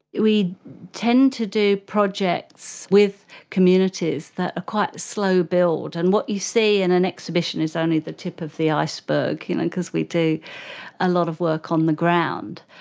we tend to do projects with communities that are ah quite slow build. and what you see in an exhibition is only the tip of the iceberg you know and because we do a lot of work on the ground.